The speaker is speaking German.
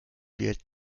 wird